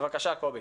בבקשה, קובי.